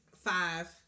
Five